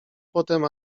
potem